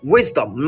Wisdom